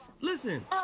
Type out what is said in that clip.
listen